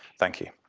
thank you.